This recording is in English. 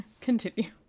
continue